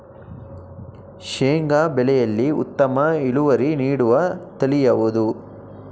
ಶೇಂಗಾ ಬೆಳೆಯಲ್ಲಿ ಉತ್ತಮ ಇಳುವರಿ ನೀಡುವ ತಳಿ ಯಾವುದು?